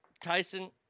Tyson